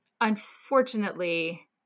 Unfortunately